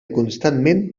constantment